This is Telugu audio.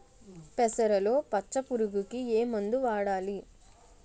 పెసరలో పచ్చ పురుగుకి ఏ మందు వాడాలి?